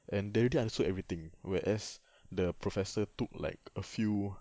and they already understood everything whereas the professor took like a few